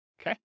Okay